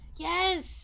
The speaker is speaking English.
Yes